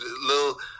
little